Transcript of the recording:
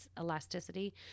elasticity